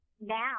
now